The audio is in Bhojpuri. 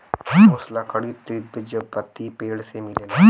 ठोस लकड़ी द्विबीजपत्री पेड़ से मिलेला